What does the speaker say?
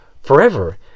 forever